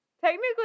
Technically